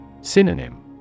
Synonym